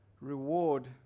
reward